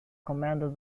commanded